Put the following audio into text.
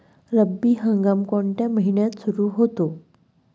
रब्बी हंगाम कोणत्या महिन्यात सुरु होतो?